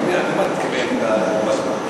למה את מתכוונת באבו-בסמה?